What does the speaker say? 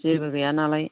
जेबो गैया नालाय